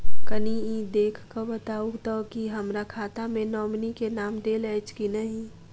कनि ई देख कऽ बताऊ तऽ की हमरा खाता मे नॉमनी केँ नाम देल अछि की नहि?